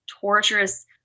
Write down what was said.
torturous